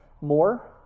more